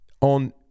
on